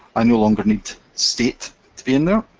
i no longer need state to be in there,